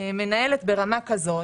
שמנהלת ברמה כזו,